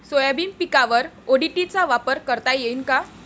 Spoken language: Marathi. सोयाबीन पिकावर ओ.डी.टी चा वापर करता येईन का?